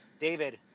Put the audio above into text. David